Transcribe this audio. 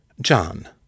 John